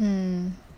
mm